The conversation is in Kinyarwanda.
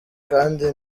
kandi